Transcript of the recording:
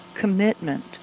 commitment